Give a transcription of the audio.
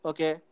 Okay